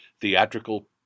theatrical